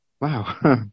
Wow